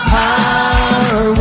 power